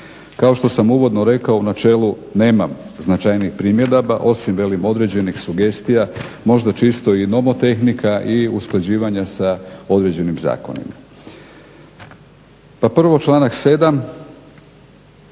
Kao što sam uvodno rekao u načelu nemam značajnijih primjedaba osim, velim određenih sugestija, možda čisto i nomotehnika i usklađivanja sa određenim zakonima. Pa prvo članak 7.,